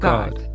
God